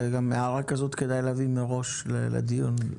הערה כזו כדאי להביא מראש לדיון.